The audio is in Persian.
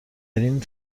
این